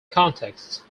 contexts